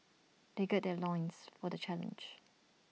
they gird their loins for the challenge